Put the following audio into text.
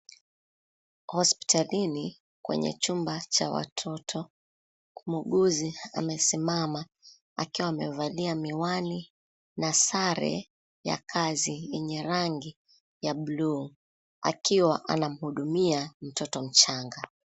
Hospitalini kwenye chumba cha watoto, muuguzi amesimama akiwa amevalia miwani na sare ya kazi yenye rangi ya buluu, akiwa anamhudumia mtoto mchanga.